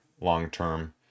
long-term